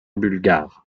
bulgare